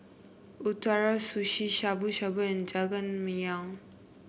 Ootoro Sushi Shabu Shabu and Jajangmyeon